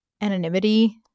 anonymity